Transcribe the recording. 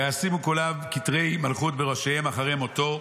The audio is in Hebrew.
וישימו כולם כתרי מלכות בראשיהם אחרי מותו,